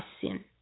sin